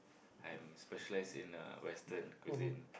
I'm specialised in uh Western cuisine